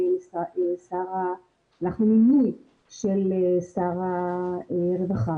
אנחנו מינוי של שר הרווחה.